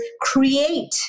create